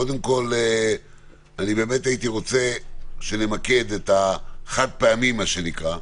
קודם כול הייתי רוצה שנמקד את החד-פעמי המלא.